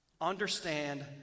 Understand